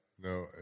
No